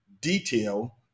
detail